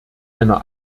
einer